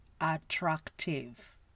attractive